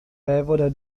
vévoda